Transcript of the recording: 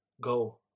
Go